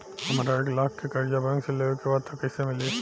हमरा एक लाख के कर्जा बैंक से लेवे के बा त कईसे मिली?